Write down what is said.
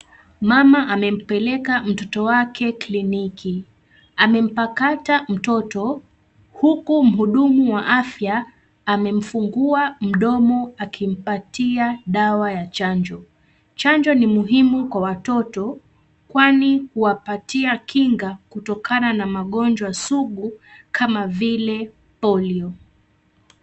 Mama amempeleka mtoto wake kliniki, amempakata mtoto huku mhudumu wa afya amemfungua mdomo akimpatia dawa ya chanjo. Chanjo ni muhimu kwa watoto kwani huwapatia kinga kutokana na magonjwa sugu kama vile polio.